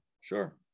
Sure